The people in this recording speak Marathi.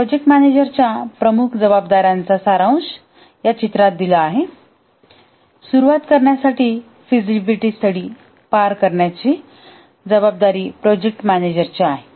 प्रोजेक्ट मॅनेजरच्या प्रमुख जबाबदाऱ्यांचा सारांश या चित्रात दिला आहे सुरुवात करण्यासाठी फिजिबिलिटी स्टडी पार पाडण्याची जबाबदारी प्रोजेक्ट मॅनेजरची आहे